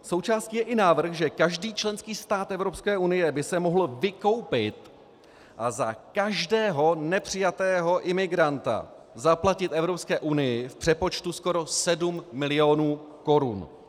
Součástí je i návrh, že každý členský stát Evropské unie by se mohl vykoupit a za každého nepřijatého imigranta zaplatit Evropské unii v přepočtu skoro 7 milionů korun.